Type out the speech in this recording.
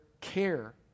care